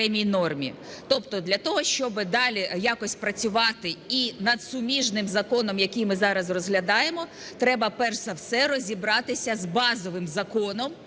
Тобто для того, щоби далі якось працювати і над суміжним законом, який ми зараз розглядаємо, треба перш за все розібратися з базовим законом.